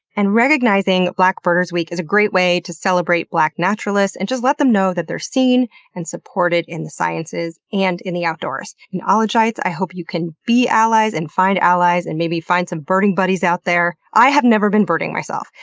and recognizing black birders week is a great way to celebrate black naturalists and just let them know they are seen and supported in the sciences and in the outdoors. and ah ologites, i hope you can be allies, and find allies, and maybe find some birding buddies out there. i have never been birding myself,